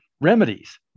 remedies